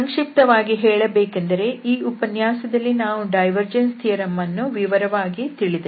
ಸಂಕ್ಷಿಪ್ತವಾಗಿ ಹೇಳಬೇಕೆಂದರೆ ಈ ಉಪನ್ಯಾಸದಲ್ಲಿ ನಾವು ಡೈವರ್ಜೆನ್ಸ್ ಥಿಯರಂ ಅನ್ನು ವಿವರವಾಗಿ ತಿಳಿದೆವು